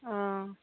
অঁ